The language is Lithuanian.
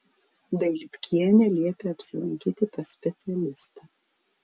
dailydkienė liepė apsilankyti pas specialistą